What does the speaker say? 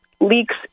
leaks